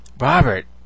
Robert